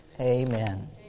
Amen